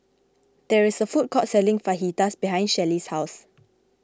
there is a food court selling Fajitas behind Shelly's house